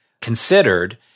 considered